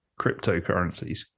cryptocurrencies